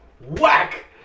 whack